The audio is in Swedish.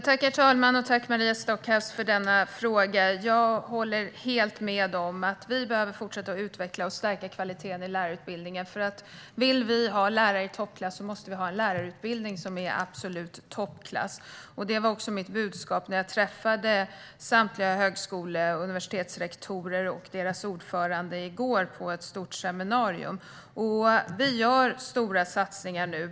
Herr talman! Tack, Maria Stockhaus, för denna fråga! Jag håller helt med om att vi behöver fortsätta att utveckla och stärka kvaliteten i lärarutbildningen. Vill vi ha lärare i toppklass måste vi också ha en lärarutbildning som är i absolut toppklass. Det var också mitt budskap när jag träffade samtliga högskole och universitetsrektorer och deras ordförande i går på ett stort seminarium. Vi gör nu stora satsningar.